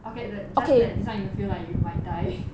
okay that just that this time you will feel like you might die